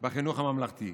בחינוך הממלכתי.